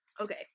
Okay